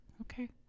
okay